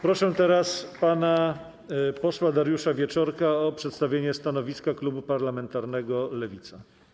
Proszę teraz pana posła Dariusza Wieczorka o przedstawienie stanowiska klubu parlamentarnego Lewica.